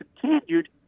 continued